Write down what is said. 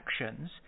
actions